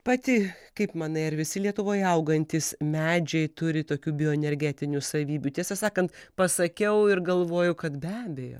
pati kaip manai ar visi lietuvoje augantys medžiai turi tokių bioenergetinių savybių tiesą sakant pasakiau ir galvoju kad be abejo